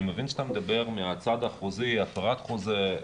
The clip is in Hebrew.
אני מבין שאתה מדבר מהצד החוזי, הפרת חוזה.